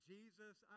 Jesus